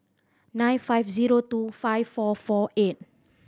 nine five zero two five four four eight